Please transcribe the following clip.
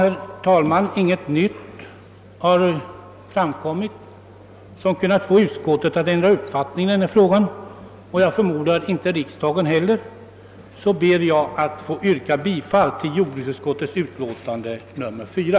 Då som sagt ingenting nytt har framkommit som kunnat få utskottet att ändra uppfattning i denna fråga — jag förmodar att inte heller riksdagen kommer att göra det — ber jag att få yrka bifall till jordbruksutskottets hemställan i dess utlåtande nr 4.